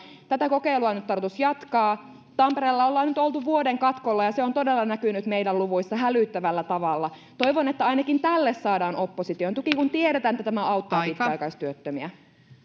tätä kokeilua on nyt tarkoitus jatkaa tampereella ollaan nyt oltu vuoden katkolla ja se on todella näkynyt meidän luvuissamme hälyttävällä tavalla toivon että ainakin tälle saadaan opposition tuki kun tiedetään että tämä auttaa pitkäaikaistyöttömiä